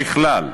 ככלל,